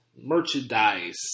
merchandise